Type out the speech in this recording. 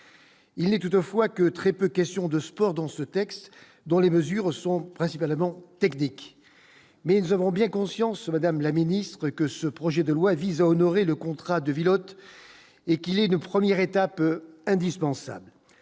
il est toutefois que très peu question de sport dans ce texte, dont les mesures sont principalement techniques, mais nous avons bien conscience, madame la ministre que ce projet de loi visant à honorer le contrat de ville hôte et qu'il est une première étape indispensable